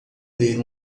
ler